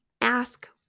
ask